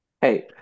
hey